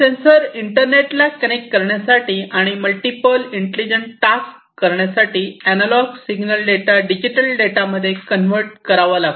sensor इंटरनेटला connect करण्यासाठी आणि मल्टिपल इंटेलिजंट टास्क करण्यासाठी analog signal data digital data मध्ये कन्वर्ट करावा लागतो